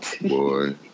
Boy